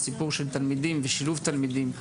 הסיפור של תלמידים ושילוב תלמידים,